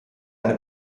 eine